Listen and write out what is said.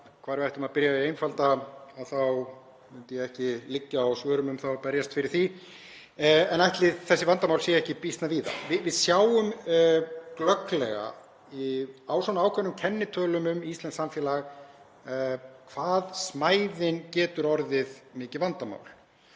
hvar við ættum að byrja á að einfalda þá myndi ég ekki liggja á svörum um það og myndi berjast fyrir því, en ætli þessi vandamál séu ekki býsna víða. Við sjáum glögglega á ákveðnum kennitölum um íslenskt samfélag hvað smæðin getur orðið mikið vandamál